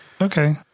okay